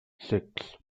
six